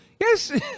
Yes